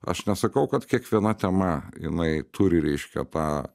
aš nesakau kad kiekviena tema jinai turi reiškia tą